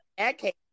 Okay